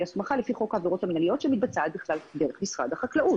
היא הסמכה לפי חוק העבירות המינהלים שמתבצעת בכלל דרך משרד החקלאות.